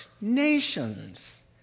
Nations